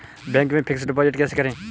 Bank में fix deposit कैसे करें?